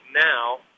now